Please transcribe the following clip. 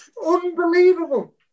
Unbelievable